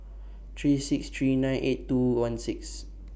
three six three nine eight two one six